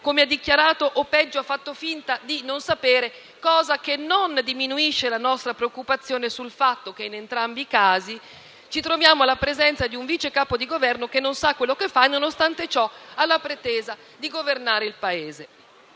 come ha dichiarato, o - peggio - ha fatto finta di non sapere (cosa che non diminuisce la nostra preoccupazione sul fatto che, in entrambi i casi, ci troviamo alla presenza di un Vice Capo di Governo che non sa quello che fa e, nonostante ciò, ha la pretesa di governare il Paese).